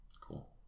Cool